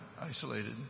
isolated